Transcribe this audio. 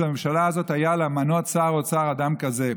הממשלה הזאת היה למנות לשר אוצר אדם כזה,